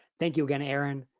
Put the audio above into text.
thank you again erin.